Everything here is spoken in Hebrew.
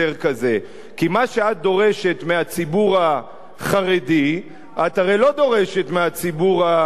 כי מה שאת דורשת מהציבור החרדי את הרי לא דורשת מהציבור הערבי,